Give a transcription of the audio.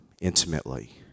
intimately